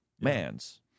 man's